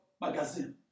magazine